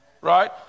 Right